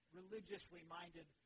religiously-minded